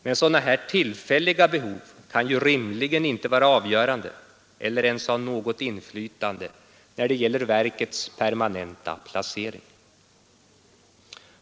Men sådana tillfälliga behov kan ju rimligen inte vara avgörande eller ens ha något inflytande när det gäller verkets permanenta placering.